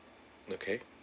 okay